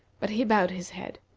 but he bowed his head.